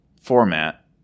format